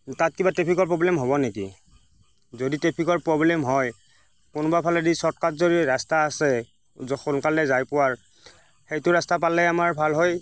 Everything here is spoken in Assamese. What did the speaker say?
তাত কিবা টেফিকৰ প্ৰব্লেম হ'ব নেকি যদি ট্ৰেফিকৰ প্ৰব্লেম হয় কোনোবা ফালেদি যদি চৰ্টকাট ৰাস্তা আছে জ সোনকালে যায় পোৱাৰ সেইটো ৰাস্তা পালে আমাৰ ভাল হয়